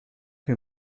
mir